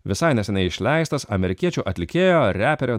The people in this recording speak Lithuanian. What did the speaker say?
visai neseniai išleistas amerikiečių atlikėjo reperio